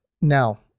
Now